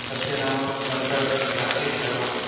तस्य नाम डाक्टर् राकेशशर्मा